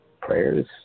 prayers